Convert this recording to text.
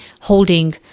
holding